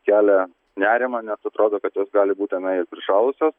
kelia nerimą nes atrodo kad jos gali būt tenai ir prišalusios